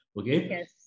okay